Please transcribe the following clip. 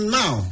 now